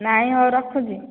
ନାଇଁ ହଉ ରଖୁଛି